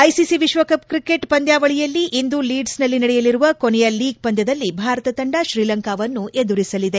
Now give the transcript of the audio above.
ICC ವಿಶ್ವಕಪ್ cricket ಪಂದ್ಯಾವಳಿಯಲ್ಲಿ ಇಂದು ಲೀಡ್ಸ್ನಲ್ಲಿ ನಡೆಯಲಿರುವ ಕೊನೆಯ ಲೀಗ್ ಪಂದ್ಯದಲ್ಲಿ ಭಾರತ ತಂಡ ಶ್ರೀಲಂಕಾವನ್ನು ಎದುರಿಸಲಿದೆ